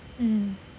mm